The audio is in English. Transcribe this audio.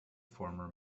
former